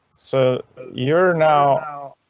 so you're now.